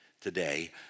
today